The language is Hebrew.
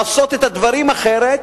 לעשות את הדברים אחרת.